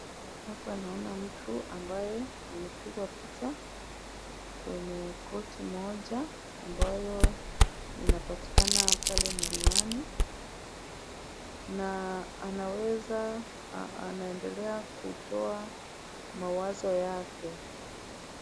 Hapana, naona tu ambaye amepigwa picha. Kwenye koti moja ambayo inapatikana pale milimani, na anaweza a- anaendelea kutoa mawazo yake.